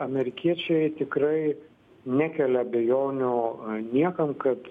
amerikiečiai tikrai nekelia abejonių niekam kad